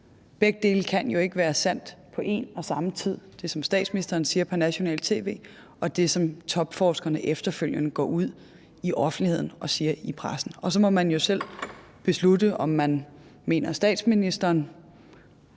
Begge dele kan jo ikke være sandt på en og samme tid – det, som statsministeren siger på nationalt tv, og det, som forskerne efterfølgende går ud i offentligheden og siger til pressen. Så må man jo selv beslutte, om man mener, statsministeren